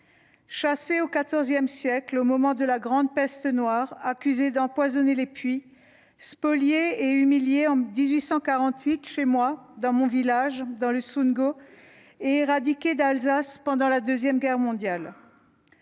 chassés au XIV siècle, au moment de la Grande Peste noire, accusés d'empoisonner les puits ; spoliés et humiliés en 1848 dans mon village du Sundgau ; éradiqués d'Alsace pendant la Seconde Guerre mondiale